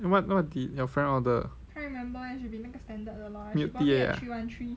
what what did your friend order milk tea ah